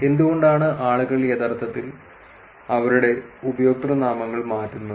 എന്തുകൊണ്ടാണ് ആളുകൾ യഥാർത്ഥത്തിൽ അവരുടെ ഉപയോക്തൃനാമങ്ങൾ മാറ്റുന്നത്